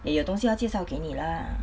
也有东西要介绍给你 lah